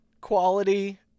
quality